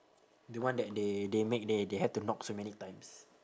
the one that they they make they they have to knock so many times